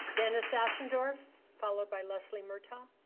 dennis ashendorf followed by leslie murtaugh.